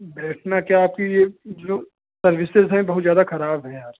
बैठना क्या आपकी ये जो सर्विसेस हैं बहुत जादा खराब हैं यार